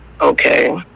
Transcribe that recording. Okay